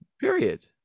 Period